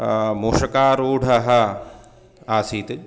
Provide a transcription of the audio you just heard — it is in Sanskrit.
मूषकारूढः आसीत्